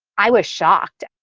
i was shocked.